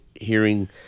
hearing